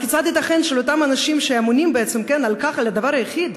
אבל כיצד ייתכן שלאותם אנשים שאמונים בעצם על דבר יחיד,